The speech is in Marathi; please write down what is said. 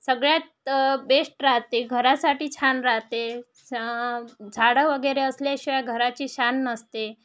सगळ्यात बेस्ट राहते घरासाटी छान राहते झाडं वगैरे असल्याशिवाय घराची शान नसते